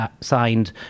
signed